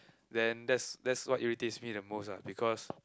then that's that's what irritates me the most lah because